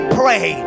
pray